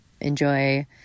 enjoy